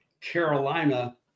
Carolina